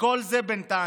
וכל זה בינתיים.